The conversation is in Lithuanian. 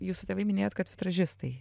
jūsų tėvai minėjot kad vitražistai